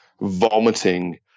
vomiting